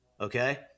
Okay